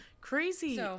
Crazy